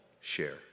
share